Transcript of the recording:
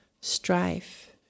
strife